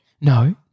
No